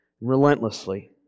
relentlessly